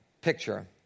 picture